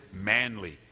manly